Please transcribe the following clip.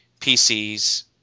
PCs